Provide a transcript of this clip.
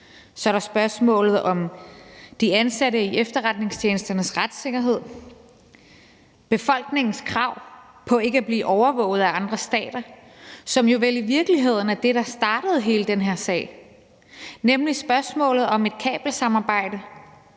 Så er der spørgsmålet om de ansatte i efterretningstjenesternes retssikkerhed. Der er befolkningens krav på ikke at blive overvåget af andre stater, som vel i virkeligheden er det, der startede hele den her sag, nemlig spørgsmålet om et kabelsamarbejde,